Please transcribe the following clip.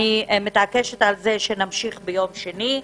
אני מתעקשת שנמשיך ביום שני.